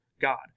God